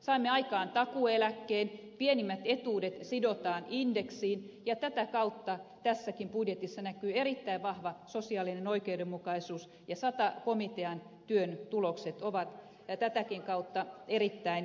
saimme aikaan takuueläkkeen pienimmät etuudet sidotaan indeksiin ja tätä kautta tässäkin budjetissa näkyy erittäin vahva sosiaalinen oikeudenmukaisuus ja sata komitean työn tulokset ovat tätäkin kautta erittäin merkittäviä